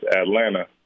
Atlanta